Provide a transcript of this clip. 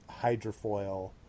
Hydrofoil